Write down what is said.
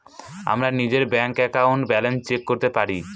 আমরা নিজের ব্যাঙ্ক একাউন্টে ব্যালান্স চেক করতে পারি